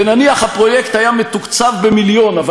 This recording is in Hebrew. ונניח שהפרויקט היה מתוקצב במיליון אבל